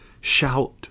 shout